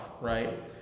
right